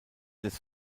des